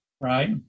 Right